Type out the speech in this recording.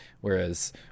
whereas